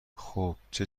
خوبچه